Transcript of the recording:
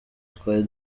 twari